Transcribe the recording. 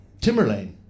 Timberlane